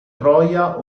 troia